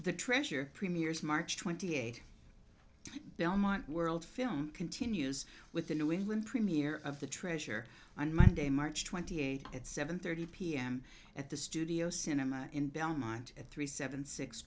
the treasure premieres march twenty eighth belmont world film continues with the new england premier of the treasure on monday march twenty eighth at seven thirty pm at the studio cinema in belmont at three seven six